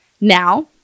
Now